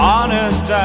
Honest